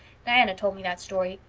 diana told me that story.